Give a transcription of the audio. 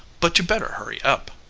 but you better hurry up.